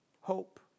hope